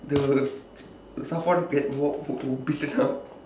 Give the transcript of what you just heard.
the get wha~ beaten up